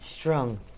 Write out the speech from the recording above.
strong